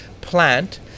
plant